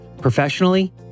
professionally